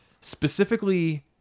specifically